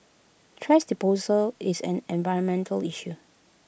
thrash disposal is an environmental issue